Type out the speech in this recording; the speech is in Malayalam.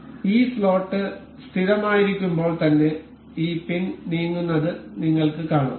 അതിനാൽ ഈ സ്ലോട്ട് സ്ഥിരമായിരിക്കുമ്പോൾ തന്നെ ഈ പിൻ നീങ്ങുന്നത് നിങ്ങൾക്ക് കാണാം